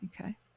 Okay